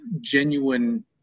genuine